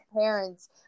parents